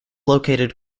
located